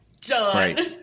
done